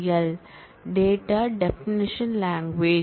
L data definition language